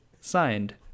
Signed